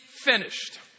finished